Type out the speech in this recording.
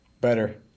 better